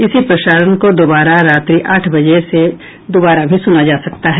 इसी प्रसारण को दोबारा रात्रि आठ बजे से भी सुना जा सकता है